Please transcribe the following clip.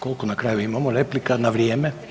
Koliko na kraju imamo replika na vrijeme?